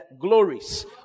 glories